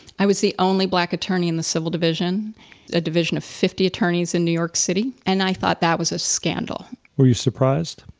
i was the only black attorney in the civil division, the ah division of fifty attorneys in new york city and i thought that was a scandal. were you surprised?